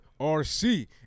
RC